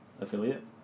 Affiliate